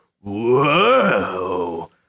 whoa